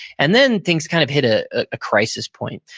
and then things kind of hit ah a crisis point.